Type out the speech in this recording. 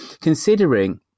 Considering